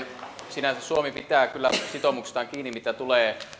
sinänsä suomi pitää kyllä sitoumuksestaan kiinni mitä tulee